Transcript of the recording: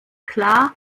klar